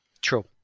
True